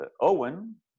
Owen